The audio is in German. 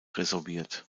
resorbiert